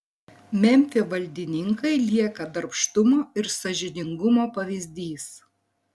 memfio valdininkai lieka darbštumo ir sąžiningumo pavyzdys